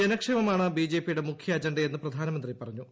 ജനക്ഷേമമാണ് BJP യുടെ മുഖ്യ അജണ്ടയെന്ന് പ്രധാനമന്ത്രി പറഞ്ഞു